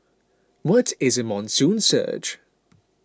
what is a monsoon surge